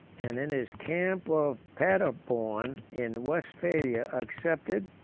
and in his camp of paderborn in westphalia accepted,